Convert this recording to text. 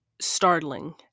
startling